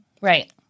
Right